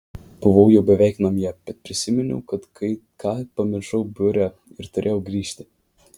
buvau jau beveik namie bet prisiminiau kad kai ką pamiršau biure ir turėjau grįžti